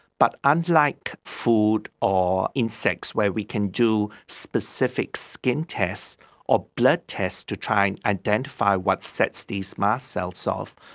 but unlike food or insects where we can do specific skin tests or blood tests to try and identify what sets these mast cells off,